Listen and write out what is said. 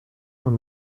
und